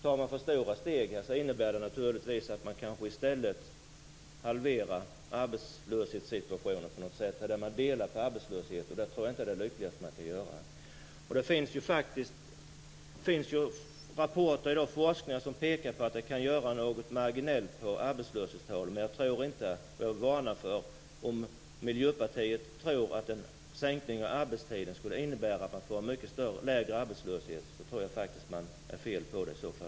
Tar man för stora steg innebär det kanske att man i stället delar på arbetslösheten. Det tror jag inte är så lyckat. Det finns forskningsrapporter som pekar på att det här marginellt kan påverka arbetslöshetstalen något, men jag vill varna Miljöpartiet om man där tror att en sänkning av arbetstiden skulle innebära en mycket lägre arbetslöshet. Då har man faktiskt fel.